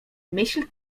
myśl